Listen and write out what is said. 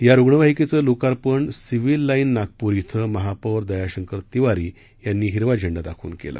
या रुग्णवाहिकेचं लोकार्पण सिव्हिल लाईन नागप्र इथं महापौर दयाशंकर तिवारी यांनी हिरवा झेंडा दाखवून केलं